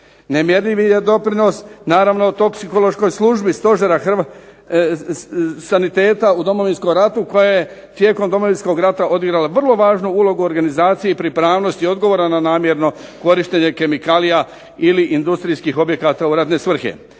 Nemjerljivi je doprinos naravno toksikološkoj službi stožera saniteta u Domovinskom ratu koja je tijekom Domovinskog rata odigrala vrlo važnu ulogu organizaciji i pripravnosti odgovora na namjerno korištenje kemikalija ili industrijskih objekata u radne svrhe.